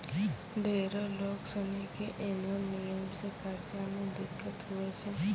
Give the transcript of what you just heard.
ढेरो लोग सनी के ऐन्हो नियम से कर्जा मे दिक्कत हुवै छै